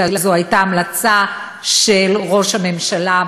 אלא זו הייתה המלצה של ראש הממשלה,